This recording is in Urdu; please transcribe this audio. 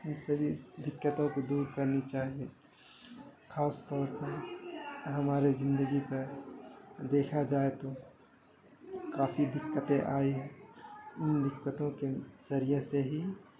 ان سبھی دقتوں کو دور کرنی چاہیے خاص طور پر ہماری زندگی میں دیکھا جائے تو کافی دقتیں آئی ہے ان دقتوں کے ذریعے سے ہی